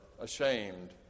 ashamed